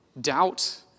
doubt